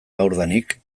gaurdanik